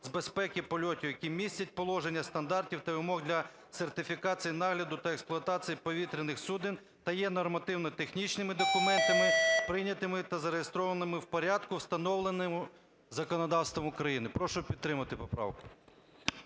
з безпеки польотів, які містять положення стандартів та вимог для сертифікації нагляду та експлуатації повітряних суден та є нормативно-технічними документами, прийнятими та зареєстрованими в порядку, встановленому законодавством України". Прошу підтримати поправку.